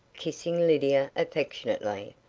kissing lydia affectionately.